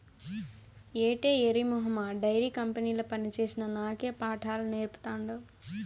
ఏటే ఎర్రి మొహమా డైరీ కంపెనీల పనిచేసిన నాకే పాఠాలు నేర్పతాండావ్